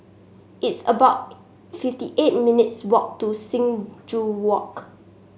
it's about fifty eight minutes' walk to Sing Joo Walk